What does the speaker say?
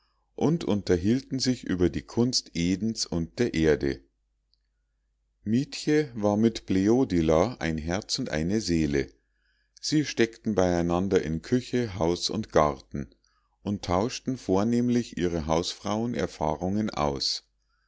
und unterhielten sich über die kunst edens und der erde mietje war mit bleodila ein herz und eine seele sie steckten beieinander in küche haus und garten und tauschten vornehmlich ihre hausfrauenerfahrungen aus